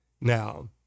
Now